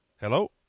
Hello